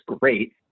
great